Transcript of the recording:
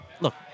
Look